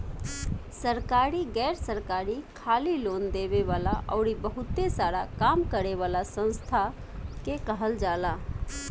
सरकारी, गैर सरकारी, खाली लोन देवे वाला अउरी बहुते सारा काम करे वाला संस्था के कहल जाला